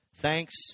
Thanks